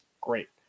Great